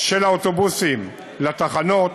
של האוטובוסים לתחנות.